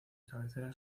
cabecera